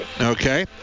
okay